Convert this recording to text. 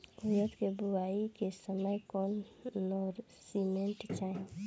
उरद के बुआई के समय कौन नौरिश्मेंट चाही?